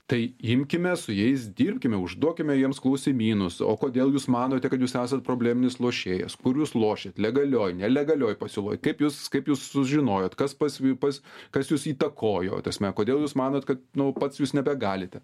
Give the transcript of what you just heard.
tai imkime su jais dirbkime užduokime jiems klausimynus o kodėl jūs manote kad jūs esat probleminis lošėjas kur jūs lošėt legalioj nelegalioj pasiūloj kaip jūs kaip jūs sužinojot kas pas pas kas jus įtakojo ta prasme kodėl jūs manot kad nu pats jūs nebegalite